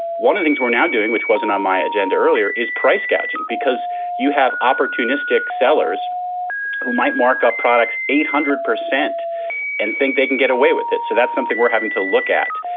one of things we're now doing, which wasn't on my agenda earlier is price gouging because you have opportunistic sellers who might markup products eight hundred percent and think they can get away with it so that's something we're having to look at.